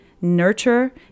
nurture